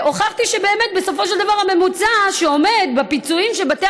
והוכחתי שבאמת בסופו של דבר הממוצע בפיצויים שבתי